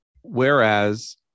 Whereas